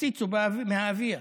הפציצו מהאוויר.